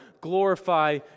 glorify